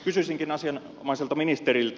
kysyisinkin asianomaiselta ministeriltä